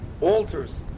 altars